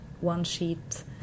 one-sheet